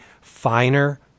finer